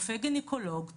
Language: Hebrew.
גניקולוג טוב,